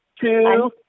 two